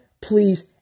please